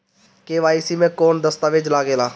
KYC मे कौन दश्तावेज लागेला?